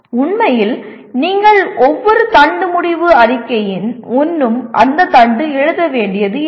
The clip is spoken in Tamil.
உண்மையில் நீங்கள் ஒவ்வொரு தண்டு முடிவு அறிக்கையின் முன்னும் அந்த தண்டு எழுத வேண்டியதில்லை